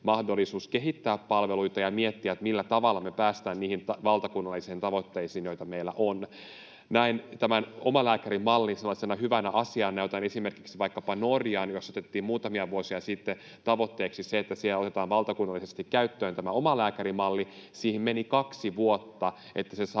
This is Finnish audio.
mahdollisuus kehittää palveluita ja miettiä, millä tavalla me päästään niihin valtakunnallisiin tavoitteisiin, joita meillä on. Näen omalääkärimallin hyvänä asiana, ja otan esimerkiksi vaikkapa Norjan, jossa otettiin muutamia vuosia sitten tavoitteeksi se, että siellä otetaan valtakunnallisesti käyttöön tämä omalääkärimalli. Siihen meni kaksi vuotta, että se